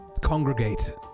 Congregate